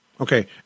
Okay